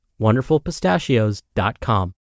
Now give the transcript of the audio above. WonderfulPistachios.com